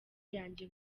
yanjye